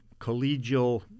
collegial